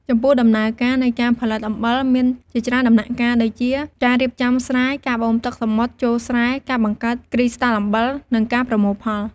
ចំពោះដំណើរការនៃការផលិតអំបិលមានជាច្រើនដំណាក់កាលដូចជា ការរៀបចំស្រែ ការបូមទឹកសមុទ្រចូលស្រែការបង្កើតគ្រីស្តាល់អំបិល និងការប្រមូលផល។